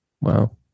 Wow